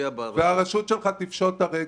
במועצה אזורית יש שלטון דו-רבדי.